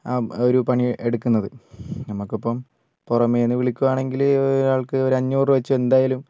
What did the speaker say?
ആ ഒരു പണി എടുക്കുന്നത് നമ്മൾക്കിപ്പം പുറമെ നിന്ന് വിളിക്കുകയാണെങ്കിൽ ഒരാൾക്ക് ഒരു അഞ്ഞൂറു രൂപ വച്ച് എന്തായാലും